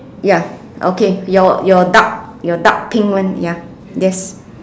ya okay your your dark your dark pink one ya yes